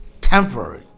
Temporary